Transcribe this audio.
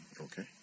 Okay